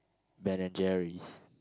Ben-and-Jerry's